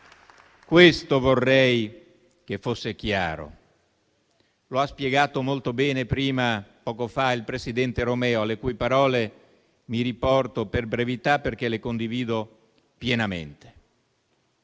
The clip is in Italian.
Questo vorrei che fosse chiaro. Lo ha spiegato molto bene poco fa il presidente Romeo, alle cui parole mi riporto per brevità perché le condivido pienamente.